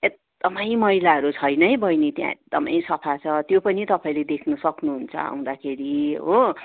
एकदमै मैलाहरू छैन है बहिनी त्यहाँ एकदमै सफा छ त्यो पनि तपाईँले देख्न सक्नु हुन्छ आउँदाखेरि हो